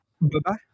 Bye-bye